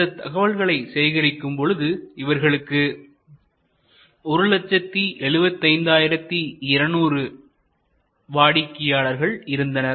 இந்த தகவல்களை சேகரிக்கும் பொழுது அவர்களுக்கு 175 200 வாடிக்கையாளர்கள் இருந்தனர்